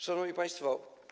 Szanowni Państwo!